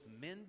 men